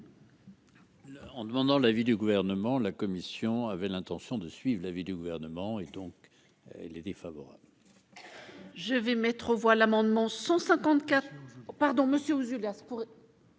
En demandant l'avis du gouvernement, la Commission avait l'intention de suive l'avis du gouvernement, et donc les est défavorable.